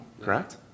correct